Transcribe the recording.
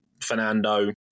Fernando